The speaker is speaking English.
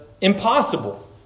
impossible